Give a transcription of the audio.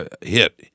hit